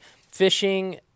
fishing